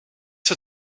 der